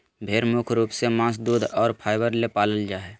भेड़ मुख्य रूप से मांस दूध और फाइबर ले पालल जा हइ